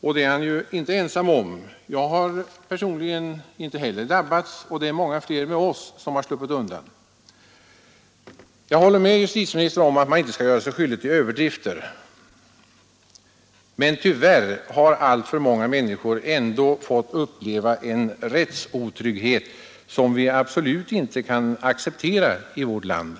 och det är han inte ensam om; jag har personligen inte heller drabbats, och det är många med oss som har sluppit undan. Jag håller med justitieministern om att man inte skall göra sig skyldig till överdrifter. Men tyvärr har alltför många människor fått uppleva en rättsotrygghet som vi absolut inte kan acceptera i vårt land.